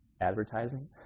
advertising